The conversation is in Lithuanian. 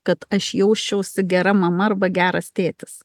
kad aš jausčiausi gera mama arba geras tėtis